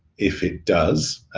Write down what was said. if it does,